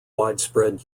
widespread